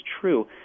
true